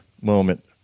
moment